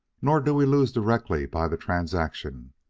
nor do we lose directly by the transaction.